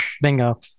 Bingo